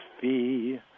fee